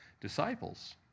disciples